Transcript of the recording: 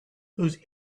those